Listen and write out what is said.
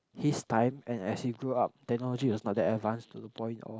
his time and as we grew up technology was not that advanced to the point of